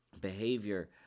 behavior